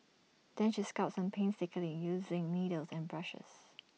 then she sculpts them painstakingly using needles and brushes